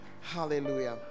Hallelujah